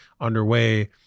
underway